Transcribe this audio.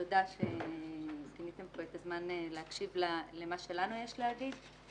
תודה שפיניתם את הזמן להקשיב למה שלנו יש לומר.